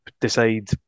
decide